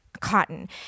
cotton